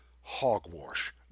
Hogwash